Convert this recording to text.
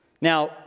Now